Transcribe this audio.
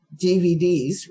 DVDs